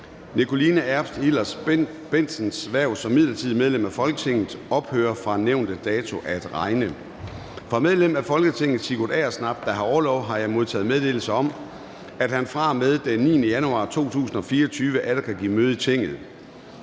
Nikoline Erbs Hillers-Bendtsens hverv som midlertidigt medlem af Folketinget ophører fra nævnte dato at regne. Fra medlem af Folketinget Sigurd Agersnap (SF), der har orlov, har jeg modtaget meddelelse om, at han fra og med den 9. januar 2024 atter kan give møde i Tinget.